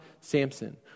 Samson